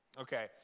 Okay